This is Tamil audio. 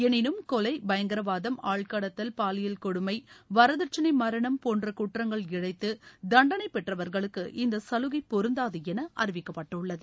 எனினும் கொலை பயங்கரவாதம் ஆள் கடத்தல் பாலியல் கொடுமை வரதட்சனை மரணம் போன்ற குற்றங்கள் இழைத்து தண்டனை பெற்றவர்களுக்கு இந்த சலுகை பொருந்தாது என அறிவிக்கப்பட்டுள்ளது